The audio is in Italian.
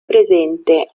presente